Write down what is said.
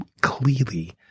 clearly